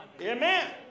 Amen